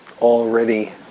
already